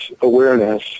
awareness